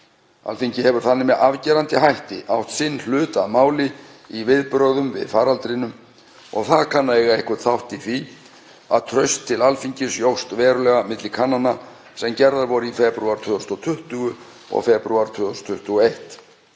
Alþingi hefur þannig með afgerandi hætti átt sinn hlut að máli í viðbrögðum við faraldrinum og það kann að eiga einhvern þátt í því að traust til Alþingis jókst verulega milli kannana sem gerðar voru í febrúar 2020 og febrúar 2021,